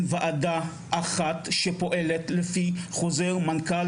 אין ועדה אחת שפועלת כמו שצריך לפי חוזר מנכ"ל,